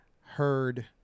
heard